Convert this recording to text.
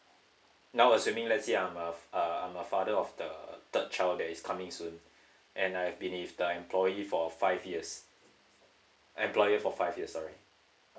now I assuming next year I'm a a I'm a father of the third child that is coming soon and I've been in the employee for five years employer for five years sorry